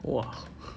!wah!